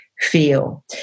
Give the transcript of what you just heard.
feel